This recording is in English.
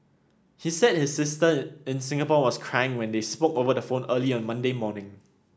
he said his sister in Singapore was crying when they spoke over the phone early Monday morning